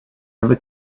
ever